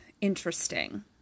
Interesting